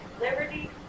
liberty